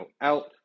out